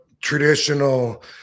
traditional